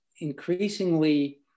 increasingly